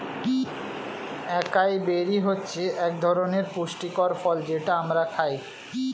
একাই বেরি হচ্ছে একধরনের পুষ্টিকর ফল যেটা আমরা খাই